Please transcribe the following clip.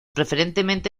preferentemente